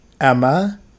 Emma